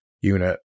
unit